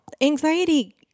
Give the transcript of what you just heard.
Anxiety